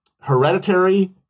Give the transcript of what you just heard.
hereditary